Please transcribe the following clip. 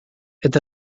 est